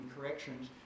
corrections